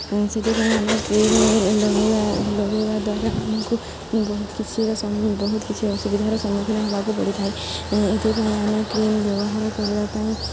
ସେଥିପାଇଁ ଆମେ କ୍ରିମ୍ ଲଗାଇବା ଲଗାଇବା ଦ୍ୱାରା ଆମକୁ ବହୁତ କିଛି ବହୁତ କିଛି ଅସୁବିଧାର ସମ୍ମୁଖୀନ ହେବାକୁ ପଡ଼ିଥାଏ ଏଥିପାଇଁ ଆମେ କ୍ରିମ୍ ବ୍ୟବହାର କରିବା ପାଇଁ